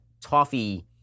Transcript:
toffee